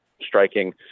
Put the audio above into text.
striking